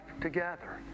together